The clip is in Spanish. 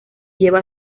lleva